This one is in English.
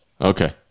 Okay